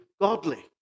godly